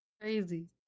Crazy